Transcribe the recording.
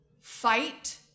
fight